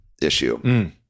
issue